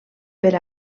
per